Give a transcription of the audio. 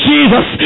Jesus